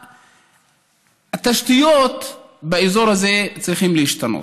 כל התשתיות באזור הזה צריכות להשתנות.